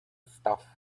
stuff